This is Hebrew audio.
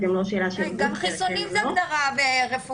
זה גם לא שאלה של --- גם חיסונים זה הגדרה רפואית.